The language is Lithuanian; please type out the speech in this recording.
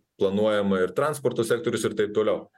planuojama ir transporto sektorius ir taip toliau